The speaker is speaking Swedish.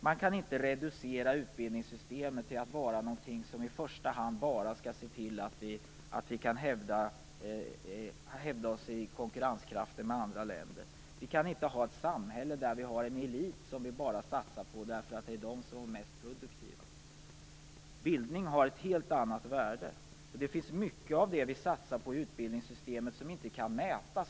Man kan inte reducera utbildningssystemet till att vara någonting som i första hand bara skall se till att vi kan hävda oss i konkurrens med andra länder. Vi kan inte ha ett samhälle där man bara satsar på en elit som är mest produktiv. Bildning har ett helt annat värde. Mycket av det som vi satsar på i utbildningssystemet kan inte mätas.